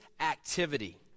activity